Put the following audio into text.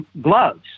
gloves